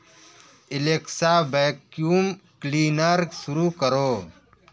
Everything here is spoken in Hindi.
एलेक्सा वैक्यूम क्लीनर शुरू करो